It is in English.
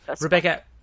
Rebecca